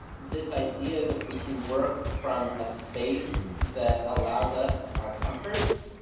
this idea that we can work from a space that allows us our comforts,